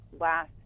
last